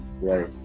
right